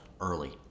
early